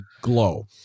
glow